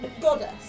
goddess